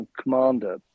commander